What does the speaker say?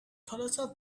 colossal